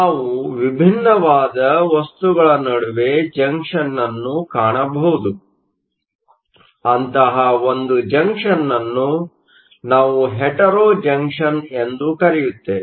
ನಾವು ವಿಭಿನ್ನವಾದ ವಸ್ತುಗಳ ನಡುವೆ ಜಂಕ್ಷನ್ ಅನ್ನು ಕಾಣಬಹುದು ಅಂತಹ ಒಂದು ಜಂಕ್ಷನ್ ಅನ್ನು ನಾವು ಹೆಟೆರೊ ಜಂಕ್ಷನ್ ಎಂದು ಕರೆಯುತ್ತೇವೆ